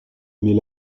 mais